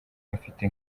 mfite